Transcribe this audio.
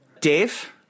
Dave